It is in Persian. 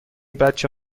بچه